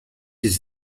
his